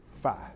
five